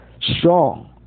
strong